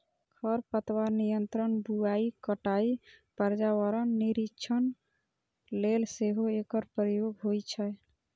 खरपतवार नियंत्रण, बुआइ, कटाइ, पर्यावरण निरीक्षण लेल सेहो एकर प्रयोग होइ छै